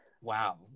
Wow